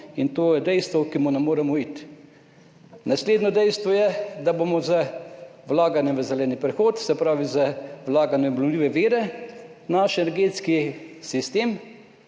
in to je dejstvo, ki mu ne moremo uiti. Naslednje dejstvo je, da bomo z vlaganjem v zeleni prehod, se pravi z vlaganjem v obnovljive vire, naš energetski sistem